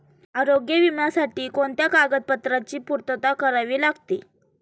आरोग्य विम्यासाठी कोणत्या कागदपत्रांची पूर्तता करावी लागते?